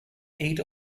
eat